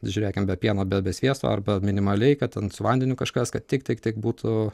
žiūrėkim be pieno be be sviesto arba minimaliai kad ten su vandeniu kažkas kad tik tik tik būtų